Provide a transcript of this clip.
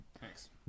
Thanks